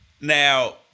Now